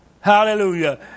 Hallelujah